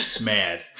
mad